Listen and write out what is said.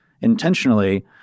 intentionally